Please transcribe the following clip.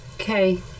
Okay